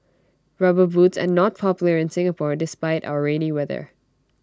rubber boots are not popular in Singapore despite our rainy weather